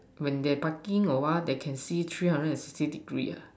when they parking or what they can see three hundred and sixty degree ah